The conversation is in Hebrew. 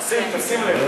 תן לי קצת, תשים, תשים לב.